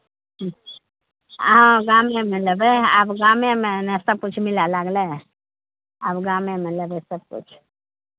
ह्म्म आब गामेमे लेबै आब गामेमे ने सभकिछु मिलय लगलै अब गामेमे लेबै सभकिछु